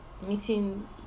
meeting